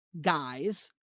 guys